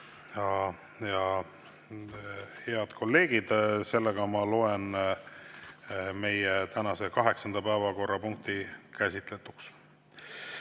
Head kolleegid! Ma loen meie tänase kaheksanda päevakorrapunkti käsitletuks.